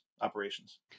operations